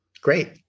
Great